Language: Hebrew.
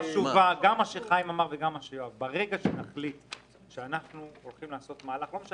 ברגע שנחליט שאנחנו הולכים לעשות מהלך, לא חשוב אם